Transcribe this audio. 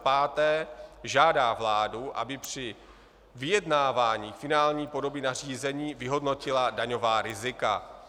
5. žádá vládu, aby při vyjednávání finální podoby nařízení vyhodnotila daňová rizika.